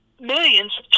millions